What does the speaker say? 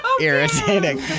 irritating